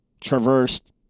traversed